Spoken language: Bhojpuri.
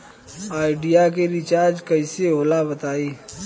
आइडिया के रिचार्ज कइसे होला बताई?